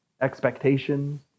expectations